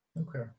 Okay